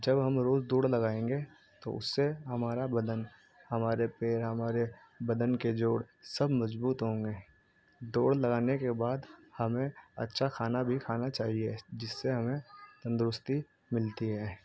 جب ہم روز دوڑ لگائیں گے تو اس سے ہمارا بدن ہمارے پیر ہمارے بدن کے جوڑ سب مضبوط ہوں گے دوڑ لگانے کے بعد ہمیں اچھا کھانا بھی کھانا چاہیے جس سے ہمیں تندرستی ملتی ہے